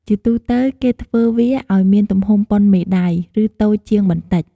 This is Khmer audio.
ជាទូទៅគេធ្វើវាឲ្យមានទំហំប៉ុនមេដៃ ឬតូចជាងបន្តិច។